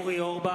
נגד אורי אורבך,